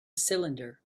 cylinder